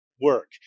work